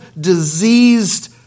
diseased